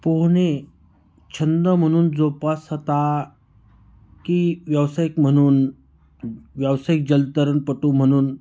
पोहणे छंद म्हणून जोपासता की व्यावसायिक म्हणून व्यावसायिक जलतरणपटू म्हणून